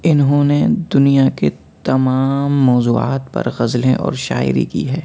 اِنہوں نے دنیا کے تمام موضوعات پر غزلیں اور شاعری کی ہے